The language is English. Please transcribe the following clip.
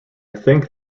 think